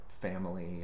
family